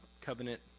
covenant